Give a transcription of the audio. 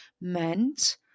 meant